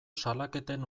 salaketen